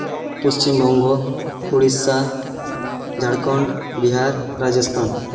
Paschim Banga Odisha Jharkhand Bihar Rajasthan